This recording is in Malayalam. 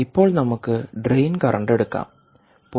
ഇപ്പോൾ നമുക്ക് ഡ്രെയിൻ കറന്റ് എടുക്കാം 0